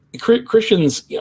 Christians